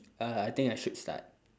uh I think I should start